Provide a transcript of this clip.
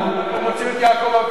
" אנחנו מוצאים את יעקב אבינו,